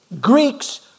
Greeks